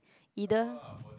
either